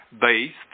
based